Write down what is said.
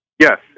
Yes